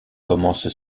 commence